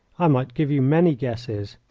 i might give you many guesses.